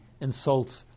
insults